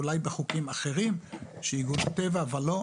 אולי בחוקים אחרים שיגעו בטבע ולא,